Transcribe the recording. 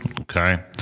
Okay